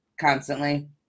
constantly